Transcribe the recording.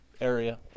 area